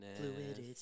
Fluidity